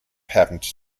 happened